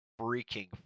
freaking